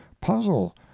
puzzle